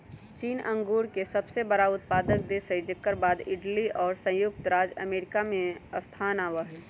चीन अंगूर के सबसे बड़ा उत्पादक देश हई जेकर बाद इटली और संयुक्त राज्य अमेरिका के स्थान आवा हई